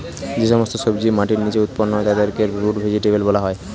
যে সমস্ত সবজি মাটির নিচে উৎপন্ন হয় তাদেরকে রুট ভেজিটেবল বলা হয়